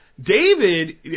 David